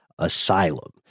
Asylum